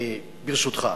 אני, ברשותך,